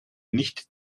nicht